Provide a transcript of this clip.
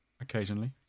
Occasionally